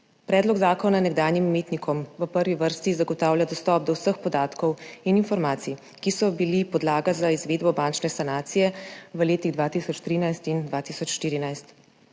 Predlog zakona nekdanjim imetnikom v prvi vrsti zagotavlja dostop do vseh podatkov in informacij, ki so bili podlaga za izvedbo bančne sanacije v letih 2013 in 2014.